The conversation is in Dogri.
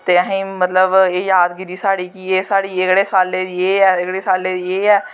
ते असैं मतलव एह् जादगिरी साढ़ी कि एह् साढ़ी एह्कड़े साल्लै दी एह् ऐ एह्कड़े साल्लै दी एह् ऐ